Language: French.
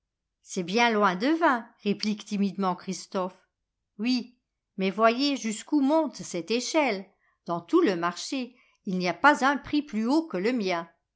c'est bien loin de vingt répliijuc timidement christophe oui mais voyez jusqu'où monte cette échelle dans tout le marché il n'y a pas un prix plus haut que le mien